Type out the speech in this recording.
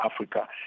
Africa